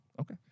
Okay